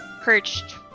perched